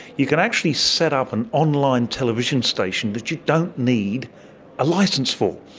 you can actually set up an online television station that you don't need a licence for.